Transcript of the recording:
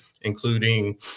including